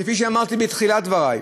כפי שאמרתי בתחילת דברי: